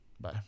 Bye